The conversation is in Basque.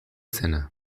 zena